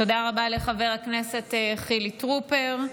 תודה רבה לחבר הכנסת חילי טרופר.